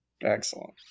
Excellent